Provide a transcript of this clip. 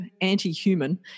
anti-human